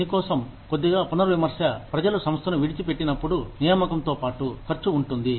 మీ కోసం కొద్దిగా పునర్విమర్శ ప్రజలు సంస్థను విడిచి పెట్టినప్పుడు నియామకంతోపాటు ఖర్చు ఉంటుంది